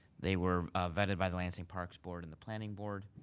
they were vetted by the lansing parks board and the planning board.